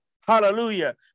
hallelujah